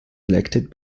elected